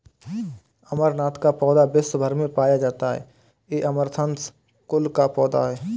अमरनाथ का पौधा विश्व् भर में पाया जाता है ये अमरंथस कुल का पौधा है